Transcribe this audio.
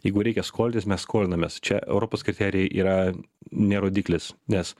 jeigu reikia skolintis mes skolinamės čia europos kriterijai yra ne rodiklis nes